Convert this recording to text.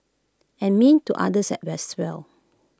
and mean to others as well